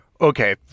Okay